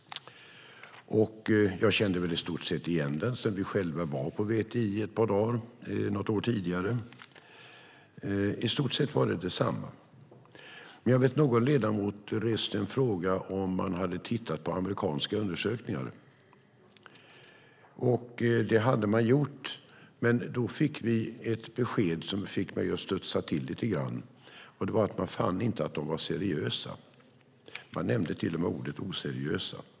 Jag kände i stort sett igen den sedan vi själva var på VTI ett par dagar något år tidigare. I stort sett var det detsamma. Någon ledamot reste frågan om man hade tittat på amerikanska undersökningar. Det hade man gjort. Vi fick dock ett besked som fick mig att studsa till lite grann, och det var att man fann inte att de var seriösa. Man nämnde till och med ordet "oseriösa".